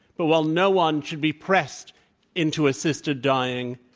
but while no one should be pressed into assisted dying,